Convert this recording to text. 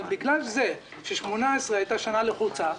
אבל בגלל ש-2018 הייתה שנה לחוצה,